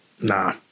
Nah